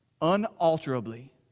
Unalterably